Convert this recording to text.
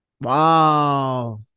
wow